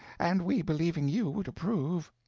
and we believing you would approve.